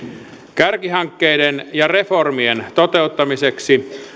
kärkihankkeiden ja reformien toteuttamiseksi